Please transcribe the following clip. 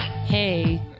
Hey